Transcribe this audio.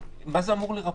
מה זה אמור לרפא?